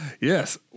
Yes